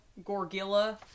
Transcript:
Gorgilla